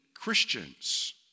Christians